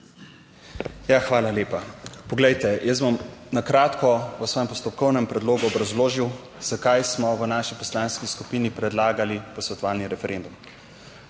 hvala lepa. Poglejte, jaz bom na kratko v svojem postopkovnem predlogu obrazložil zakaj smo v naši poslanski skupini predlagali posvetovalni referendum